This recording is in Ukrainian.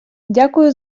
дякую